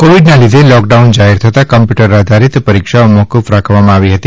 કોવિડના લીધે લોકડાઉન જાહેર થતા કમ્પ્યૂટર આધારિત પરિક્ષાઓ મોકૂફ રાખવામાં આવી હતી